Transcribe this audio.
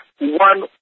one